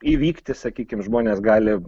įvykti sakykim žmonės gali